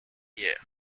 year